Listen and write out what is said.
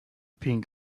pink